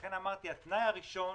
לכן אמרתי, התנאי הראשון: